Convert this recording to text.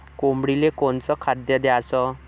कोंबडीले कोनच खाद्य द्याच?